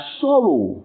sorrow